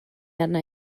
arna